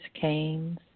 canes